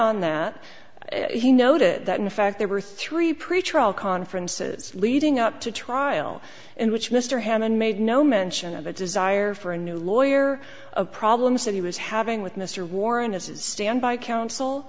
on that he noted that in fact there were three pretrial conferences leading up to trial in which mr hammond made no mention of a desire for a new lawyer a problems that he was having with mr warren as standby coun